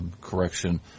correction